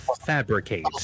Fabricate